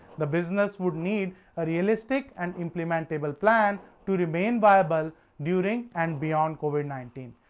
the business would need a realistic and implementable plan to remain viable during and beyond covid nineteen.